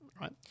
Right